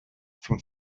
from